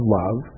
love